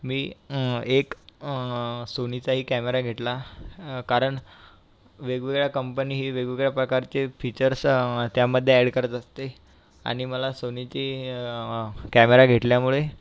मी एक सोनीचा एक कॅमेरा घेतला कारण वेगवेगळ्या कंपनी हे वेगवेगळ्या प्रकारचे फीचर्स त्यामध्ये अॅड करत असते आणि मला सोनीची कॅमेरा घेतल्यामुळे